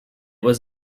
was